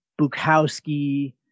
Bukowski